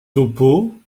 topeau